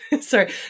sorry